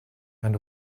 and